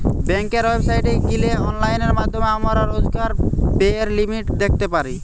বেংকের ওয়েবসাইটে গিলে অনলাইন মাধ্যমে আমরা রোজকার ব্যায়ের লিমিট দ্যাখতে পারি